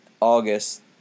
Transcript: August